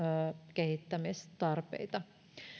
kehittämistarpeita